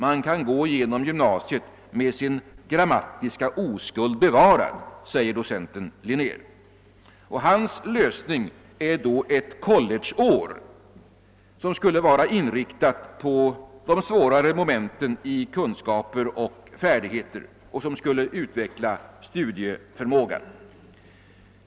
Man kan gå igenom gymnasiet med sin grammatiska oskuld bevarad, säger docent Linnér. Hans lösning är då ett collegeår, som skulle vara inriktat på de svårare momenten i kunskaper och färdigheter och som skulle utveckla studieförmågan.